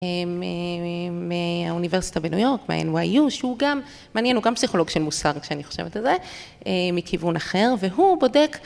מהאוניברסיטה בניו יורק, מהNYU, שהוא גם, מעניין, הוא גם פסיכולוג של מוסר, כשאני חושבת על זה, מכיוון אחר, והוא בודק.